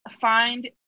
find